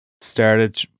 started